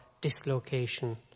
dislocation